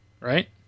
right